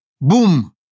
boom